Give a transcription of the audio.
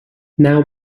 now